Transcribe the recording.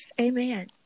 Amen